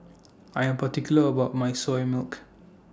I Am particular about My Soya Milk